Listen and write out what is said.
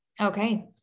Okay